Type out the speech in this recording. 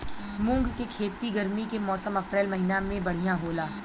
मुंग के खेती गर्मी के मौसम अप्रैल महीना में बढ़ियां होला?